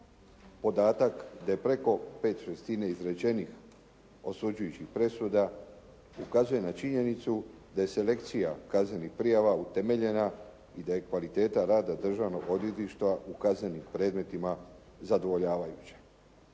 Podatak da je preko 5/6 izrečenih osuđujućih presuda ukazuje na činjenicu da je selekcija kaznenih prijava utemeljena i da je kvaliteta rada državnog odvjetništva u kaznenim predmetima zadovoljavajuća.